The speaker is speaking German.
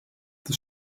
das